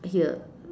here